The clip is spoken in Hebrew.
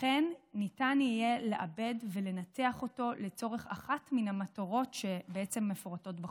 וכן ניתן יהיה לעבד ולנתח אותו לצורך אחת מן המטרות שמפורטות בחוק.